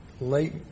late